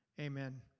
amen